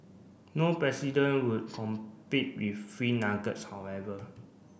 no president would compete with free nuggets however